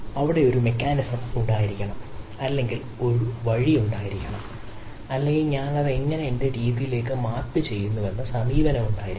അവിടെ ഒരു മെക്കാനിസം ഉണ്ടായിരിക്കണം അല്ലെങ്കിൽ ഒരു വഴി ഉണ്ടായിരിക്കണം അല്ലെങ്കിൽ ഞാൻ അത് എങ്ങനെ എന്റെ രീതിയിലേക്ക് മാപ്പ് ചെയ്യുന്നുവെന്ന സമീപനമുണ്ടായിരിക്കണം